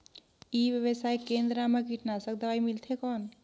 ई व्यवसाय केंद्र मा कीटनाशक दवाई मिलथे कौन?